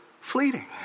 fleeting